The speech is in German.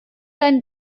deinen